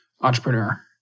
entrepreneur